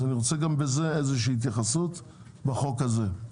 אני רוצה גם בזה איזושהי התייחסות בחוק הזה.